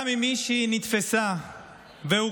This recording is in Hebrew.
גם אם מישהי נתפסה והורשעה,